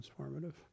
transformative